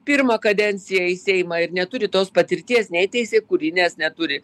pirmą kadenciją į seimą ir neturi tos patirties nei teisėkūrinės neturi